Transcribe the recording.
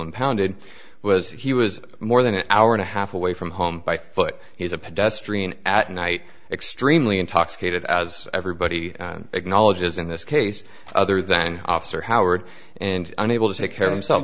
impounded was he was more than an hour and a half away from home by foot he's a pedestrian at night extremely intoxicated as everybody acknowledges in this case other than officer howard and unable to take care of themselves